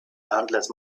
endless